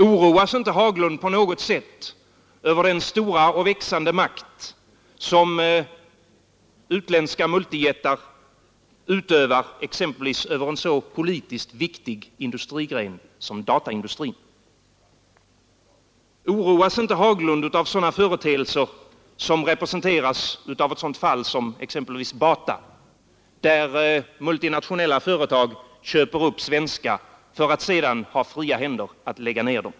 Oroas inte herr Haglund på något sätt över den stora och växande makt som utländska multijättar utövar exempelvis över en politiskt så viktig industrigren som dataindustrin? Oroas inte herr Haglund av sådana företeelser som Bata, dvs. att multinationella företag köper upp svenska för att sedan ha fria händer att lägga ned dem?